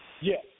Yes